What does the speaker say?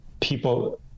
people